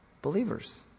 Believers